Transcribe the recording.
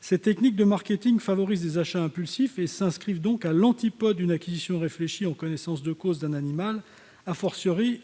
Ces techniques de marketing favorisent les achats impulsifs et s'inscrivent donc aux antipodes d'une acquisition réfléchie et faite en connaissance de cause d'un animal,